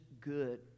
good